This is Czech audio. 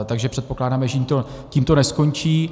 Takže předpokládáme, že to tímto neskončí.